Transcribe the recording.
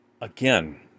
Again